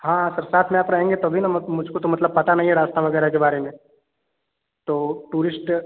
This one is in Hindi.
हाँ सर साथ में आप रहेंगे तभी ना मुझको तो मतलब पता नहीं है रास्ता वगैरह के बारे में तो टूरिस्ट